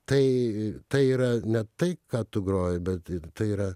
tai tai yra ne tai ką tu groji bet tai yra